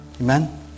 Amen